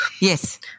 Yes